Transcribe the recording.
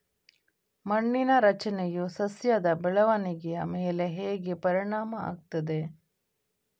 ಮಣ್ಣಿನ ರಚನೆಯು ಸಸ್ಯದ ಬೆಳವಣಿಗೆಯ ಮೇಲೆ ಹೇಗೆ ಪರಿಣಾಮ ಆಗ್ತದೆ?